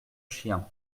chien